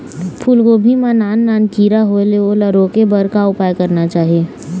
फूलगोभी मां नान नान किरा होयेल ओला रोके बर का उपाय करना चाही?